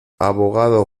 abogado